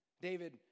David